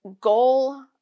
goal